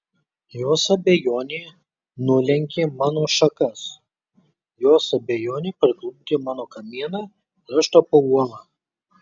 jos abejonė nulenkė mano šakas jos abejonė parklupdė mano kamieną ir aš tapau uola